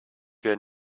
wir